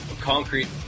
concrete